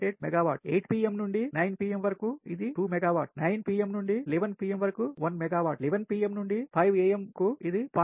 8 megawatt 8pm నుండి 9 pm వరకు ఇది 2 మెగావాట్ 9 pmనుండి 11 pm వరకు 1 మెగావాట్ 11pm నుండి రాత్రి వరకు 5 am గంటలకు ఇది 0